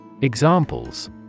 Examples